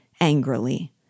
angrily